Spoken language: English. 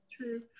True